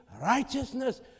righteousness